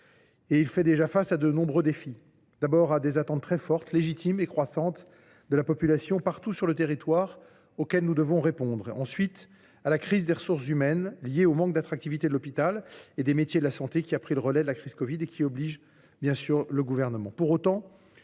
Il fait face à de nombreux défis, notamment des attentes très fortes, légitimes et croissantes de la population partout sur le territoire, auxquelles nous devons répondre, et une crise des ressources humaines liée au manque d’attractivité de l’hôpital et des métiers de la santé, qui a pris le relais de la crise du covid 19 et qui oblige le Gouvernement.